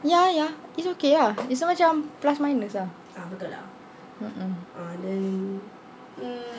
ya ya it's okay ah this [one] macam plus minus lah mm mm